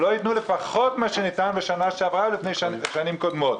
שלא ייתנו לפחות את מה שניתן בשנה שעברה ובשנים קודמות.